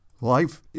life